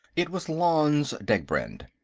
it was lanze degbrend.